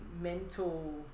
mental